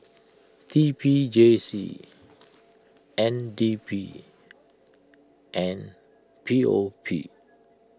T P J C N D B and P O P